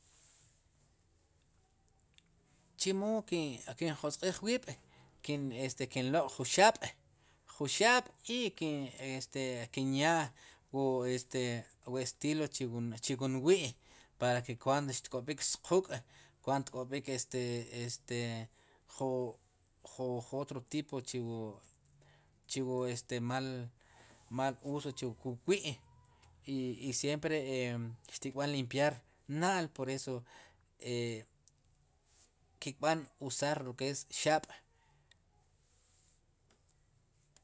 Chemo kin josq'iij wiib' kin kinloq'jun xaab' ju xaab'i kin yaa wu este estilo chu wun wi' para ke kundo xtk'ob'ik squk' kwa nt xtk'ob'ik este, este ju jo otro tipo de chimal uso chu wukwi' i siempre e xtikb'an limpiar na'l por eso ki'kb'an usar lo ke es xaab'.